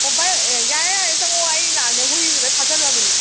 ꯑꯣ ꯕꯥꯏ ꯌꯥꯔꯦ ꯌꯥꯔꯦ ꯆꯪꯉꯛꯑꯣ ꯑꯩ ꯂꯥꯛꯑꯕꯅꯦ ꯍꯨꯏꯁꯨ ꯂꯣꯏꯅꯢ ꯐꯥꯖꯤꯜꯂꯕꯅꯦ